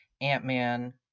Ant-Man